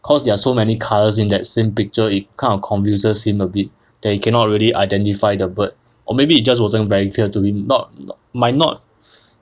cause there are so many colours in that same picture it kind of confuses him a bit that he cannot really identify the bird or maybe it just wasn't very clear to him not might not